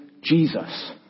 Jesus